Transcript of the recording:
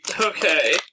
Okay